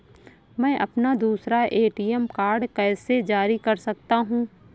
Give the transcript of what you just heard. मैं अपना दूसरा ए.टी.एम कार्ड कैसे जारी कर सकता हूँ?